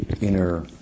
inner